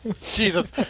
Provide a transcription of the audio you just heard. Jesus